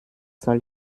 soll